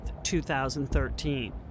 2013